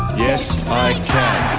yes, i can!